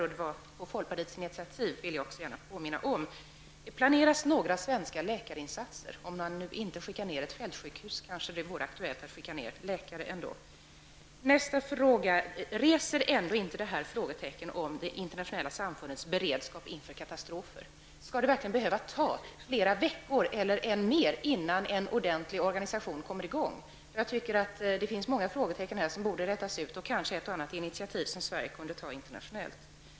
Jag vill gärna påminna om att det skedde på folkpartiets initiativ. Planeras några svenska läkarinsatser? Om man inte skickar ned något fältsjukhus kanske det ändå vore aktuellt att skicka ner läkare. Reser inte detta frågetecken beträffande det internationella samfundets beredskap inför katastrofer? Skall det verkligen behöva ta flera veckor eller ännu längre tid innan en ordentlig organisation kommer i gång? Det finns många frågetecken här som borde rätas ut. Sverige kunde kanske också ta ett och annat initiativ internationellt.